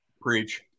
Preach